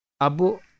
Abu